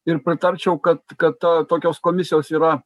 ir pritarčiau kad kad tokios komisijos yra